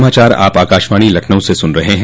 यह समाचार आप आकाशवाणी लखनऊ से सुन रहे हैं